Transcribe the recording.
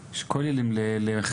יש כוללים למחקר.